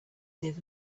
live